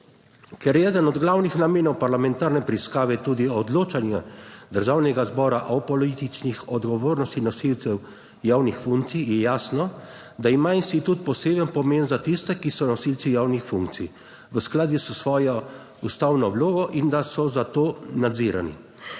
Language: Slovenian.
Ker je eden od glavnih namenov parlamentarne preiskave tudi odločanje Državnega zbora o politični odgovornosti nosilcev javnih funkcij je jasno, da ima institut poseben pomen za tiste, ki so nosilci javnih funkcij v skladu s svojo ustavno vlogo in da so za to nadzirani.